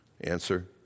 Answer